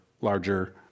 larger